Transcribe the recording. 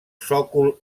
sòcol